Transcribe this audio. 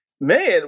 Man